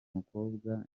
mukobwa